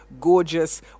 gorgeous